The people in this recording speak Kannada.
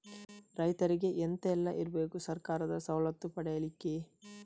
ರೈತರಿಗೆ ಎಂತ ಎಲ್ಲ ಇರ್ಬೇಕು ಸರ್ಕಾರದ ಸವಲತ್ತು ಪಡೆಯಲಿಕ್ಕೆ?